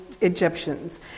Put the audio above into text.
Egyptians